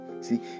See